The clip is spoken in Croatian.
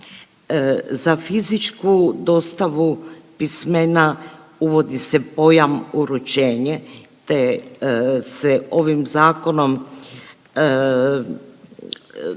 Za fizičku dostavu pismena uvodi se pojam uručenje, te se ovim zakonom,